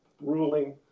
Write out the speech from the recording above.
ruling